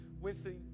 Winston